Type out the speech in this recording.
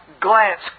glance